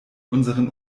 unseren